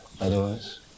Otherwise